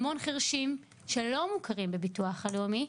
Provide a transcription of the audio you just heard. המון חירשים שלא מוכרים בביטוח הלאומי,